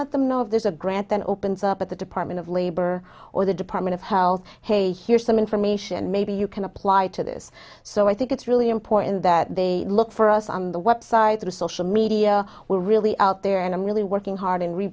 let them know if there's a grant that opens up at the department of labor or the department of health hey here's some information maybe you can apply to this so i think it's really important that they look for us on the websites of social media we're really out there and i'm really working hard